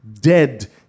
dead